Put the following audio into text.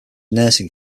nursing